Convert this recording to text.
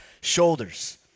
shoulders